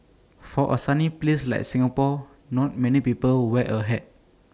for A sunny place like Singapore not many people wear A hat